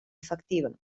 efectiva